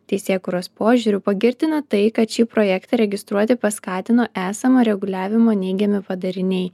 teisėkūros požiūriu pagirtina tai kad šį projektą registruoti paskatino esamo reguliavimo neigiami padariniai